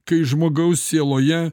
kai žmogaus sieloje